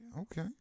Okay